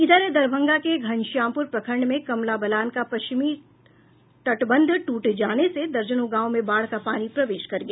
इधर दरभंगा के घनश्यामपुर प्रखंड में कमला बलान का पश्चिमी तटबंध ट्रट जाने से दर्जनों गांव में बाढ़ का पानी प्रवेश कर गया